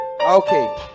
okay